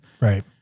Right